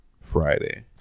Friday